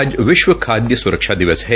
आज विश्व खादय सुरक्षा दिवस है